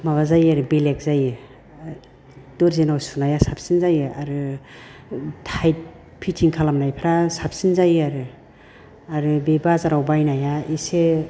माबा जायो आरो बेलेग जायो दर्जिनाव सुनाया साबसिन जायो आरो ताइट फिटिं खालामनायफ्रा साबसिन जायो आरो आरो बे बाजाराव बायनाया एसे